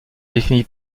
définit